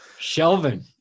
Shelvin